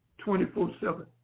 24-7